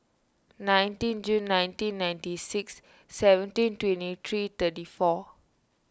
nineteen June nineteen ninety six seventeen twenty three thirty four